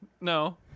no